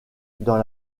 dans